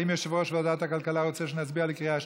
האם יושב-ראש ועדת הכלכלה רוצה שנצביע בקריאה שלישית?